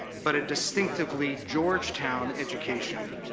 but a distinctively georgetown education,